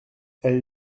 elle